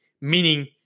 Meaning